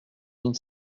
mille